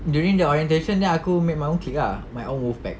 during the orientation then aku make my own clique ah my own wolf pack